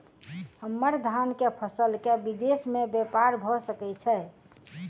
हम्मर धान केँ फसल केँ विदेश मे ब्यपार भऽ सकै छै?